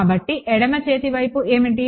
కాబట్టి ఎడమ చేతి వైపు ఏమిటి